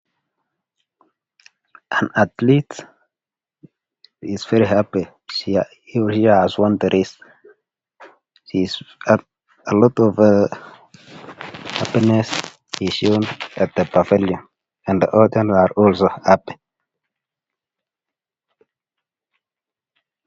An athlete is very happy when he has won the race. She's happy, alot of happiness is shown at the pavilion and are other also happy .